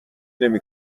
نمی